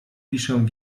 piszę